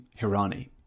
Hirani